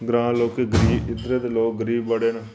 ग्रांऽ दे लोक गरीब इद्धर दे लोक गरीब बड़े न